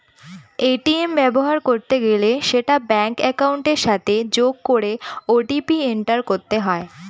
ATM ব্যবহার করতে গেলে সেটা ব্যাঙ্ক একাউন্টের সাথে যোগ করে ও.টি.পি এন্টার করতে হয়